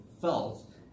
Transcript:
felt